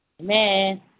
Amen